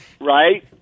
Right